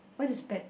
what is bad